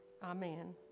Amen